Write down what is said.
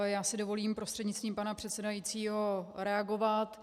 Já si dovolím prostřednictvím pana předsedajícího reagovat.